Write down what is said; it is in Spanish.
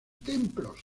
templos